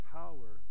power